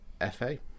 F-A